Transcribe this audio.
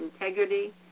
integrity